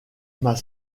audit